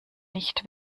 nicht